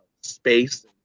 space